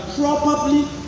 properly